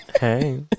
Hey